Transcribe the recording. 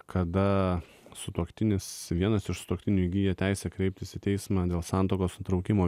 kada sutuoktinis vienas iš sutuoktinių įgyja teisę kreiptis į teismą dėl santuokos nutraukimo